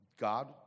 God